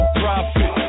profit